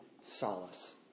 solace